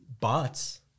bots